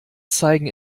zeigen